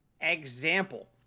Example